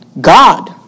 God